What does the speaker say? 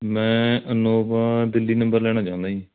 ਮੈਂ Innova Delhi number ਲੈਣਾ ਚਾਹੁੰਦਾ ਜੀ